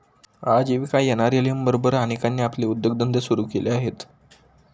आजीविका एन.आर.एल.एम बरोबर अनेकांनी आपले उद्योगधंदे सुरू केले आहेत